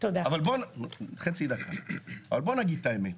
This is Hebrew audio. אבל בוא נגיד את האמת,